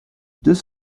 deux